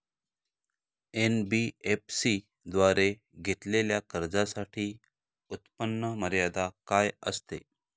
NBFC द्वारे घेतलेल्या कर्जासाठी उत्पन्न मर्यादा काय असते?